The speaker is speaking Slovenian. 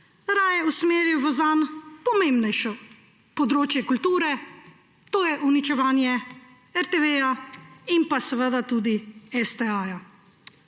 raje usmeril v zanj pomembnejše področje kulture, to je uničevanje RTV in pa tudi STA.